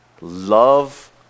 love